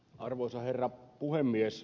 arvoisa herra puhemies